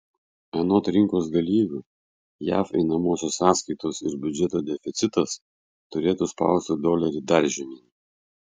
anot rinkos dalyvių jav einamosios sąskaitos ir biudžeto deficitas turėtų spausti dolerį dar žemyn